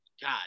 God